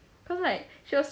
cause like she was